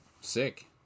Sick